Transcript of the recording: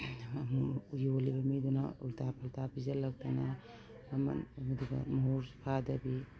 ꯌꯣꯜꯂꯤꯕ ꯃꯤꯗꯨꯅ ꯎꯜꯇꯥ ꯐꯨꯜꯇꯥ ꯄꯤꯖꯜꯂꯛꯇꯅ ꯃꯃꯟ ꯑꯃꯗꯨꯒ ꯃꯣꯍꯣꯔ ꯐꯥꯗꯕꯤ